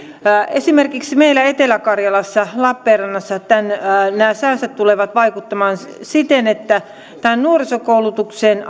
esimerkiksi meillä etelä karjalassa lappeenrannassa nämä säästöt tulevat vaikuttamaan siten että nuorisokoulutuksen